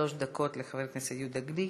עד שלוש דקות לחבר הכנסת יהודה גליק.